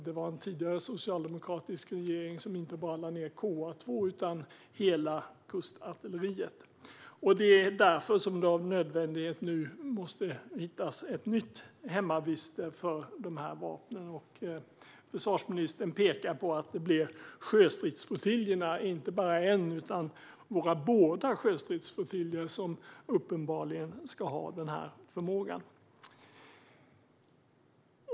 Det var en tidigare socialdemokratisk regering som inte bara lade ned KA 2 utan hela kustartilleriet. Det är därför som det nu av nödvändighet måste hittas ett nytt hemvist för de vapnen. Försvarsministern pekar på att det blev sjöstridsflottiljerna. Det är inte bara en utan våra båda sjöstridsflottiljer som uppenbarligen ska ha den förmågan.